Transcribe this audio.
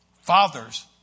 Fathers